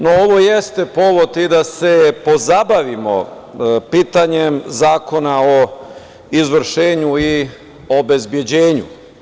No, ovo jeste povod i da se pozabavimo pitanjem Zakona o izvršenju i obezbeđenju.